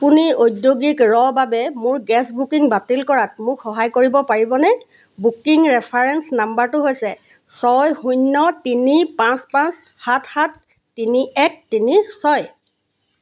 আপুনি ঔদ্যোগিক ৰ বাবে মোৰ গেছ বুকিং বাতিল কৰাত মোক সহায় কৰিব পাৰিবনে বুকিং ৰেফাৰেন্স নাম্বৰটো হৈছে ছয় শূন্য তিনি পাঁচ পাঁচ সাত সাত তিনি এক তিনি ছয়